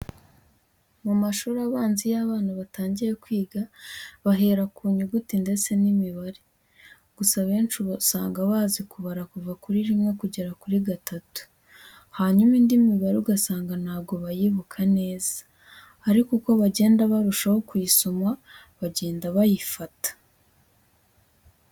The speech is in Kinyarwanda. Mu mashuri abanza abana iyo batangiye kwiga bahera ku nyuguti ndetse n'imibare, gusa abenshi usanga bazi kubara kuva kuri rimwe kugera kuri gatatu, hanyuma indi mibare ugasanga ntabwo bayibuka neza, ariko uko bagenda barushaho kuyisoma bagenda bayifata.